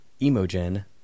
Emogen